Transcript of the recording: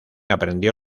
aprendió